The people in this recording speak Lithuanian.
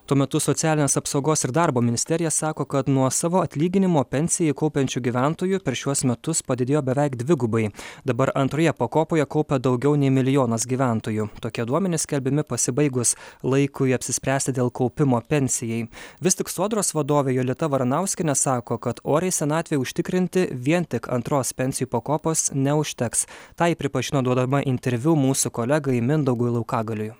tuo metu socialinės apsaugos ir darbo ministerija sako kad nuo savo atlyginimo pensijai kaupiančių gyventojų per šiuos metus padidėjo beveik dvigubai dabar antroje pakopoje kaupia daugiau nei milijonas gyventojų tokie duomenys skelbiami pasibaigus laikui apsispręsti dėl kaupimo pensijai vis tik sodros vadovė julita varanauskienė sako kad oriai senatvei užtikrinti vien tik antros pensijų pakopos neužteks tą ji pripažino duodama interviu mūsų kolegai mindaugui laukagaliui